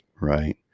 Right